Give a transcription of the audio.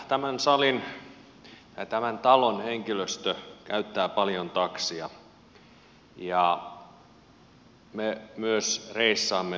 tämän salin ja tämän talon henkilöstö käyttää paljon taksia ja me myös reissaamme ympäri maailmaa